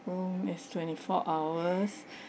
room is twenty four hours